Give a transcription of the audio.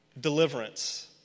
Deliverance